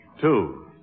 two